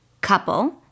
couple